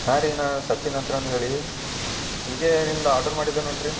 ಹಾಂ ರೀ ನಾ ಸಚಿನ್ ಅಂತೇಳಿ ಅಂದು ಹೇಳಿ ಈಗ ನಿಮ್ದ ಆರ್ಡರ್ ಮಾಡಿದ್ದ ನೋಡ್ರಿ